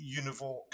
univoc